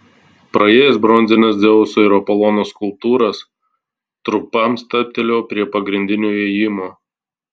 praėjęs bronzines dzeuso ir apolono skulptūras trumpam stabtelėjau prie pagrindinio įėjimo